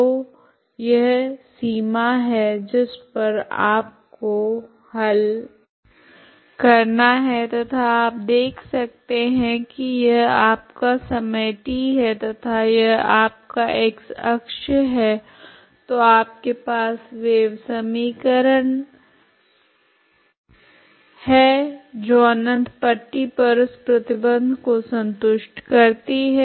तो यह सीमा है जिस पर आपको हल करना है तथा आप देख सकते है की यह आपका समय t है तथा यह आपका x अक्ष है तो आपके पास वेव समीकरण है जो अनंत पट्टी पर इस प्रतिबंध को संतुष्ट करती है